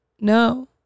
No